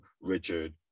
Richard